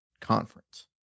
conference